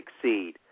succeed